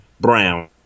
brown